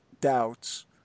doubts